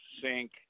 sink